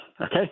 okay